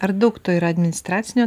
ar daug to yra administracinio